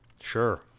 Sure